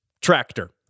tractor